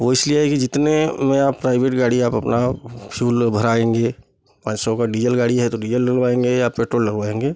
वो इसलिए है कि जितने में आप प्राइवेट गाड़ी आप अपना फ़्यूल में भराएँगे पैसों का डीज़ल गाड़ी है तो डीज़ल डलवाऍंगे या पेट्रोल डलवाएँगे